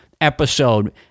episode